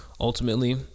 ultimately